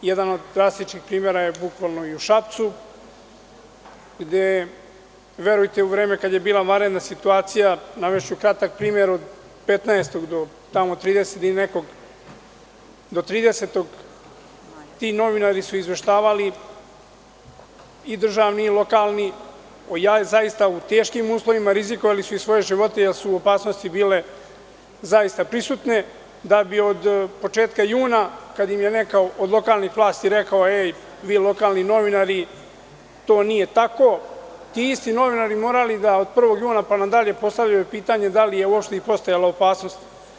Jedan od drastičnih primera je i u Šapcu, gde, verujte, u vreme kada je bila vanredna situacija, navešću kratak primer, od 15. do 30. ti novinari su izveštavali, i državni i lokalni, zaista u teškim uslovima i rizikovali su i svoje živote, jer su opasnosti bile zaista prisutne, da bi od početka juna, kad im je neko od lokalnih vlasti rekao – ej, vi lokalni novinari, to nije tako, ti isti novinari morali da od 1. juna pa na dalje postavljaju pitanje da li je uopšte i postojala opasnost.